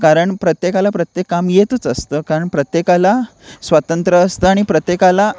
कारण प्रत्येकाला प्रत्येक काम येतंच असतं कारण प्रत्येकाला स्वातंत्र असतं आणि प्रत्येकाला